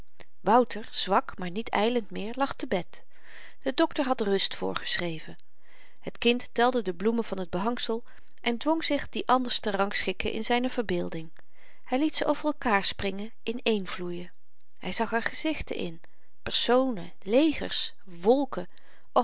wouter zwak maar niet ylend meer lag te bed de dokter had rust voorgeschreven het kind telde de bloemen van t behangsel en dwong zich die anders te rangschikken in zyne verbeelding hy liet ze over elkaêr springen inëenvloeien hy zag er gezichten in personen legers wolken